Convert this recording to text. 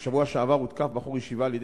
בשבוע שעבר הותקף ונפצע בחור ישיבה על-ידי